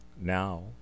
Now